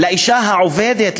לאישה העובדת,